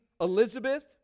Elizabeth